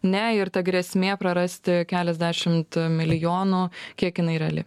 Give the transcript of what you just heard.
ne ir ta grėsmė prarasti keliasdešimt milijonų kiek jinai reali